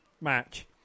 match